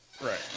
Right